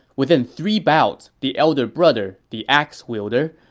within three bouts, the elder brother, the axe-wielder,